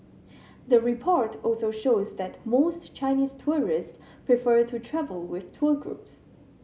the report also shows that most Chinese tourists prefer to travel with tour groups